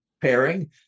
pairing